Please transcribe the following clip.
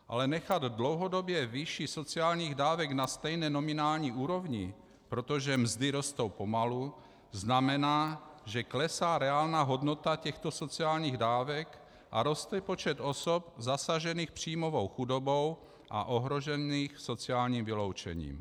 Ale nechat dlouhodobě výši sociálních dávek na stejné nominální úrovni, protože mzdy rostou pomalu, znamená, že klesá reálná hodnota těchto sociálních dávek a roste počet osob zasažených příjmovou chudobou a ohrožených sociálním vyloučením.